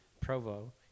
Provo